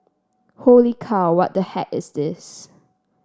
holy cow what the heck is this